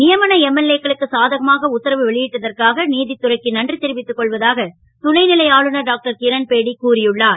யமன MLA க்களுக்கு சாதகமாக உத்தரவு வெளி ட்டதற்காக நீ த்துறைக்கு நன்றி தெரிவித்துக் கொள்வதாக துணை லை ஆளுநர் டாக்டர் கிரண்பேடி கூறியுள்ளார்